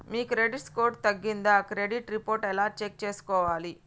మీ credit score తగ్గిందా credit report ఎలా check చేసుకోవాలి?